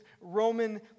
Roman